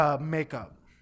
Makeup